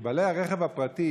כי בעלי הרכב הפרטי,